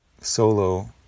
solo